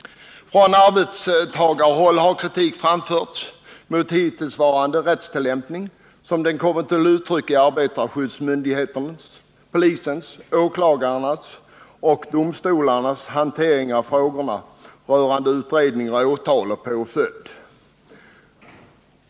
Från arbetstagarhåll har kritik framförts mot hittillsvarande rättstillämpning som den kommer till uttryck i arbetarskyddsmyndigheternas, polisens, åklagarnas och domstolarnas hantering av frågor rörande utredning, åtal och påföljd.